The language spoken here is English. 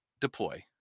deploy